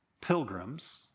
Pilgrims